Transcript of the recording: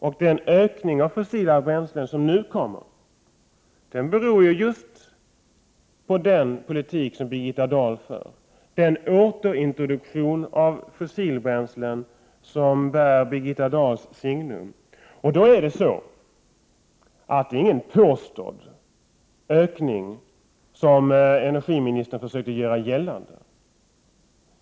Den ökning av användningen av fossila bränslen som nu kommer att ske är ett resultat av den politik som Birgitta Dahl för, en återintroduktion av fossila bränslen som bär Birgitta Dahls signum. Då är det ingen påstådd ökning, som energiministern försökte göra gällande.